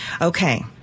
Okay